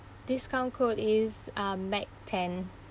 discount code is uh mac ten